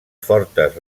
fortes